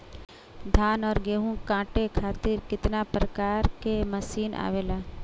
धान और गेहूँ कांटे खातीर कितना प्रकार के मशीन आवेला?